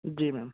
जी ma'am